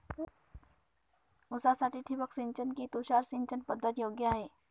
ऊसासाठी ठिबक सिंचन कि तुषार सिंचन पद्धत योग्य आहे?